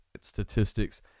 statistics